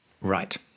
Right